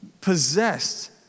possessed